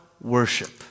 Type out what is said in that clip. worship